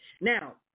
Now